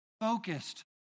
focused